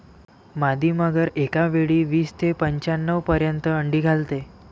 मादी मगर एकावेळी वीस ते पंच्याण्णव पर्यंत अंडी घालते